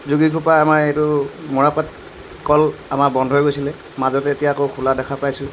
যোগীঘোপা আমাৰ এইটো মৰাপাট কল আমাৰ বন্ধ হৈ গৈছিলে মাজতে এতিয়া আকৌ খোলা দেখা পাইছোঁ